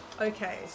okay